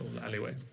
alleyway